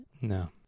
no